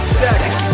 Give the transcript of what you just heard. second